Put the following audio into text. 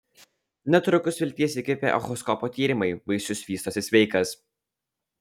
netrukus vilties įkvėpė echoskopo tyrimai vaisius vystosi sveikas